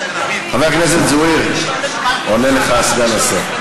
חבר הכנסת זוהיר, עונה לך סגן השר.